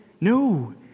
No